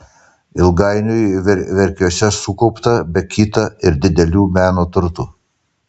ilgainiui verkiuose sukaupta be kita ir didelių meno turtų